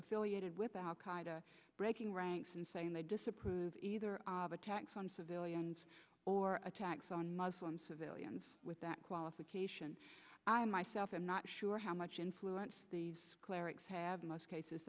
affiliated with al qaeda breaking ranks and saying they disapprove either of attacks on civilians or attacks on muslim civilians with that qualification i myself am not sure how much influence these clerics have most cases